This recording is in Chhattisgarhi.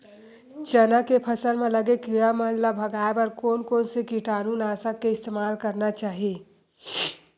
चना के फसल म लगे किड़ा मन ला भगाये बर कोन कोन से कीटानु नाशक के इस्तेमाल करना चाहि?